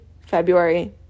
February